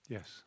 Yes